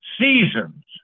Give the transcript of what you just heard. seasons